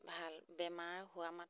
ভাল বেমাৰ হোৱা মাত্ৰক